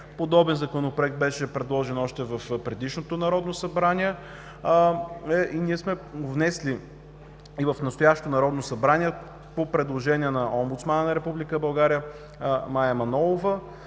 Подобен Законопроект беше предложен още в предишното Народно събрание. Ние сме внесли и в настоящото Народно събрание, по предложение на омбудсмана на Република